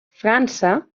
frança